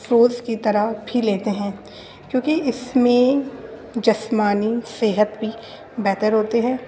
force کی طرح بھی لیتے ہیں کیونکہ اس میں جسمانی صحت بھی بہتر ہوتی ہے